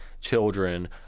children